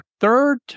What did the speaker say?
third